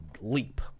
leap